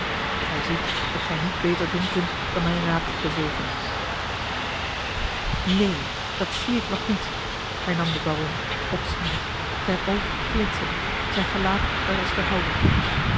gij ziet dat gij niet beter doen kunt dan mijn raad te volgen neen dat zie ik nog niet hernam de baron opziende zijn oog glinsterde zijn gelaat werd als verhelderd